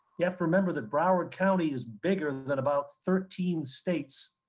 you have to remember that broward county is bigger than about thirteen states.